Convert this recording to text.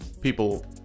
people